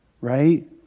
Right